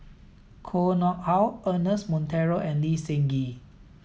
Koh Nguang How Ernest Monteiro and Lee Seng Gee